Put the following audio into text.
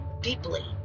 deeply